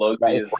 right